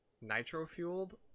Nitro-Fueled